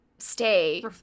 stay